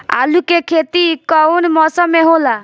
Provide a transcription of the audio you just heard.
आलू के खेती कउन मौसम में होला?